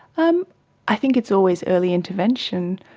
um i think it's always early intervention.